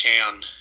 town